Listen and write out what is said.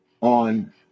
on